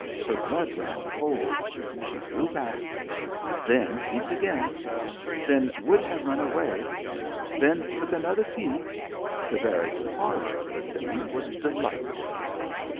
her blood ran cold she drew back then peeped again then would have run away then took another peep the very horror of the thing was delightful to her.